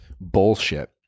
bullshit